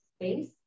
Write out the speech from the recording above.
space